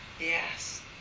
Yes